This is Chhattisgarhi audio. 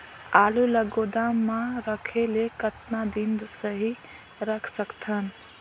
आलू ल गोदाम म रखे ले कतका दिन सही रख सकथन?